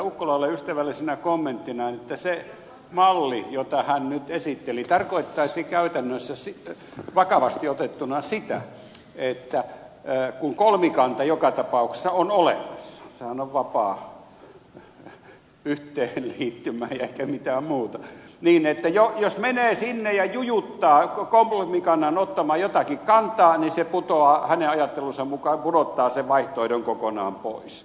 ukkolalle ystävällisenä kommenttina että se malli jota hän nyt esitteli tarkoittaisi käytännössä vakavasti otettuna sitä että kun kolmikanta joka tapauksessa on olemassa sehän on vapaa yhteenliittymä eikä mitään muuta niin jos menee sinne ja jujuttaa kolmikannan ottamaan jotakin kantaa niin se hänen ajattelunsa mukaan pudottaa sen vaihtoehdon kokonaan pois